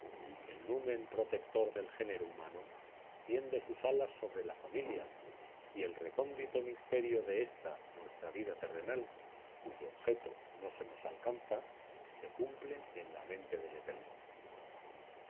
el numen protector del género humano tiende sus alas sobre la familia y el recóndito misterio de esta nuestra vida terrenal cuyo objeto no se nos alcanza se cumple en la mente del eterno